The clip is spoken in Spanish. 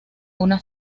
una